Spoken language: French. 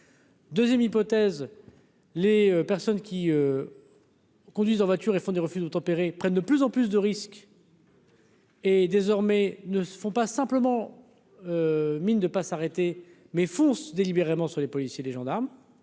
2ème hypothèse, les personnes qui. Conduisent en voiture et font du refus d'obtempérer, prennent de plus en plus de risques. Et, désormais, ne se font pas simplement mine de pas s'arrêter mais fonce délibérément sur les policiers, les gendarmes.